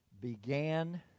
began